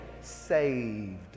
Saved